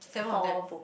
four vocal